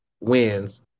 wins